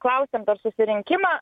klausėm per susirinkimą